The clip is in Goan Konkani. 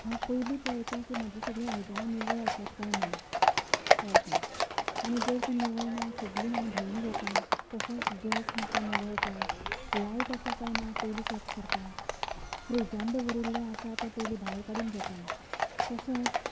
हांव पयलीं पळयता की म्हाजी सगळीं आयदनां निवळ आसात काय ना पयतां आनी जर तीं निवळ ना सगळीं हांव धुवन घेतां तशेंच गेस म्हाका निवळ जाय लायट आसा काय ना पयलीं चॅक करतां फ्रिजान दवरिल्लें आसा तें पयलीं भायर काडून घेतां तशेंच